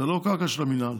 לא קרקע של המינהל.